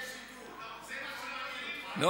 אתה רוצה, לא.